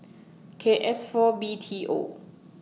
K S four B T O